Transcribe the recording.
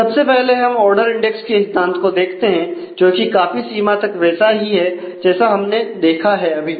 सबसे पहले हम ऑर्डर इंडेक्स के सिद्धांत को देखते हैं जोकि काफी सीमा तक वैसा ही है जैसा हमने देखा है अभी